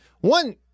One